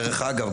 דרך אגב,